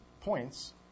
points